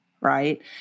right